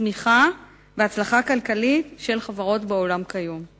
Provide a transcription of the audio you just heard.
צמיחה והצלחה כלכלית של חברות בעולם כיום.